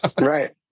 Right